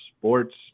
Sports